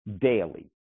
daily